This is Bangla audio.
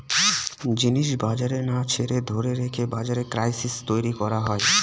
জিনিস বাজারে না ছেড়ে ধরে রেখে বাজারে ক্রাইসিস তৈরী করা হয়